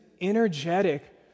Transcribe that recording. energetic